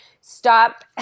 stop